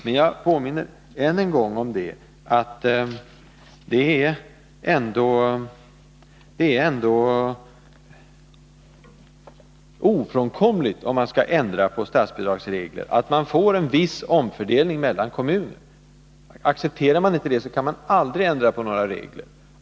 Men jag påminner än en gång om att det ändå är ofrånkomligt, om man skall ändra på statsbidragsreglerna, att man får en viss omfördelning mellan kommuner. Accepterar man inte det, så kan man aldrig ändra på några regler.